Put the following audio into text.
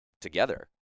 together